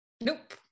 Nope